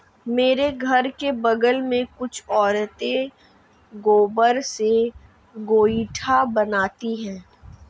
मेरे घर के बगल में कुछ औरतें गोबर से गोइठा बनाती है